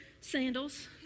sandals